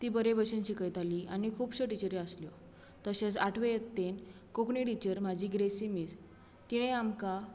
ती बरे भाशेन शिकयताली आनी खूबश्यो बऱ्यो टिचरी आसल्यो तशेंच आठवे यत्तेन कोंकणी टिचर म्हाजी ग्रेसी मिस तिणे आमकां